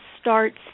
starts